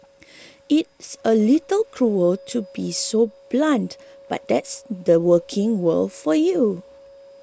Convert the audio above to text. it's a little cruel to be so blunt but that's the working world for you